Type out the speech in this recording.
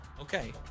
Okay